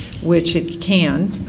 which it can,